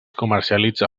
comercialitza